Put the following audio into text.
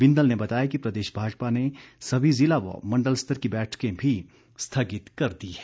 बिंदल ने बताया कि प्रदेश भाजपा ने सभी ज़िला व मंडल स्तर की बैठकें भी स्थगित कर दी है